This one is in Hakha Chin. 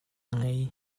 ngei